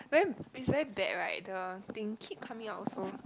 then is very bad right the thing keep coming off also